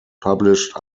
published